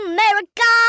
America